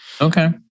Okay